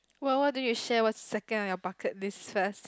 well why don't you share what's second on your bucket list first